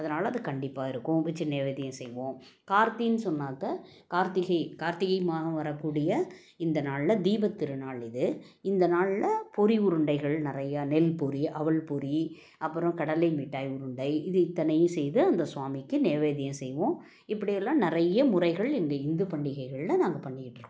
அதனால் அது கண்டிப்பாக இருக்கும் அதை வச்சு நெய்வேத்தியம் செய்வோம் கார்த்திகைன்னு சொன்னாக்க கார்த்திகை கார்த்திகை மாதம் வரக்கூடிய இந்த நாள்ல தீபத் திருநாள் இது இந்த நாள்ல பொரி உருண்டைகள் நிறைய நெல் பொரி அவல் பொரி அப்புறம் கடலை மிட்டாய் உருண்டை இது இத்தனையும் செய்து அந்த ஸ்வாமிக்கு நெய்வேத்தியம் செய்வோம் இப்படியெல்லாம் நிறைய முறைகள் எங்கள் இந்து பண்டிகைகள்ல நாங்கள் பண்ணிக்கிட்டு இருக்கோம்